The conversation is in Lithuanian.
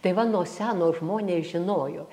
tai va nuo seno žmonės žinojo